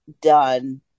done